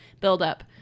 build-up